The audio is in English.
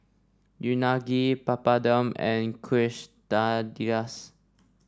Unagi Papadum and Quesadillas